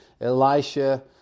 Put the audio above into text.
Elisha